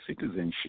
citizenship